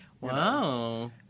wow